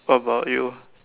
what about you